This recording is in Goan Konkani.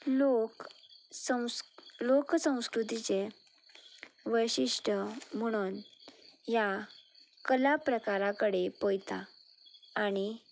लोक संस् लोकसंस्कृतीचें वैशिश्ट्य म्हुणून ह्या कला प्रकारा कडेन पळयता आनी